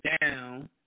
down